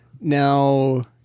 now